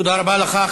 תודה רבה לך.